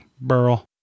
Burl